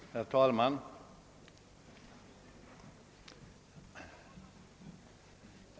Herr talman!